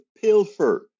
pilfer